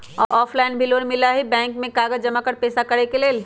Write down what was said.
Offline भी loan मिलहई bank में कागज जमाकर पेशा करेके लेल?